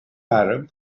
arab